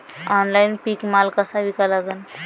Online पीक माल कसा विका लागन?